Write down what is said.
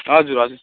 हजुर हजुर